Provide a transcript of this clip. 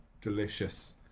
delicious